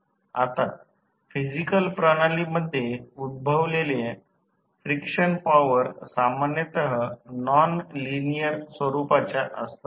आता फिजिकल प्रणालींमध्ये उद्भवलेल्या फ्रिक्शन पॉवर सामान्यत नॉन लिनिअर स्वरुपाच्या असतात